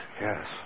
Yes